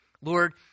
Lord